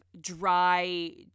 dry